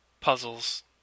puzzles